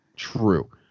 True